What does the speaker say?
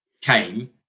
came